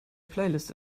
playlist